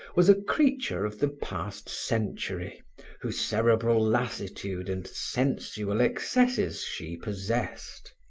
was a creature of the past century whose cerebral lassitude and sensual excesses she possessed.